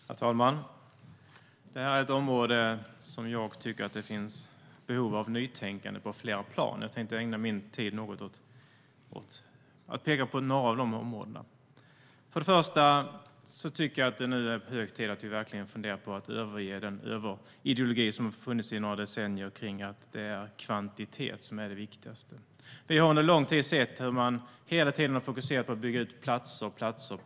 Herr talman! Det här är ett område där jag tycker att det finns behov av nytänkande på flera plan. Jag tänker ägna min talartid åt att peka på några områden. För det första tycker jag att det nu är hög tid att vi verkligen funderar på att överge den överideologi som har funnits under några decennier om att det är kvantitet som är det viktigaste. Vi har under lång tid sett hur man hela tiden har fokuserat på att bygga ut antalet platser.